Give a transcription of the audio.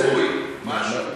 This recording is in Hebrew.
פיצוי, משהו?